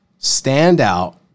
Standout